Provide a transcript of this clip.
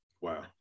wow